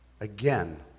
Again